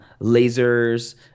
lasers